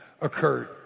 occurred